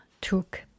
took